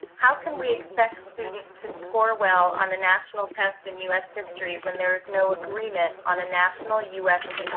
how can we expect students to score well on the national test in u s. history when there is no agreement on a national u s.